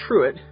Truitt